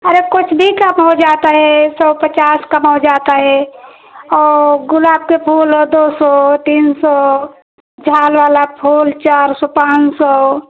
अरे कुछ भी कम हो जाता है सौ पचास कम हो जाता हे औ गुलाब के फूल ओ दो सौ तीन सौ झाल वाला फूल चार सौ पाँच सौ